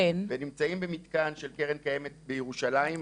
ונמצאים במתקן של קרן קיימת בירושלים,